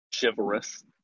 chivalrous